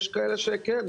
יש כאלה שכן,